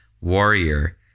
warrior